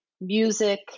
music